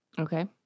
okay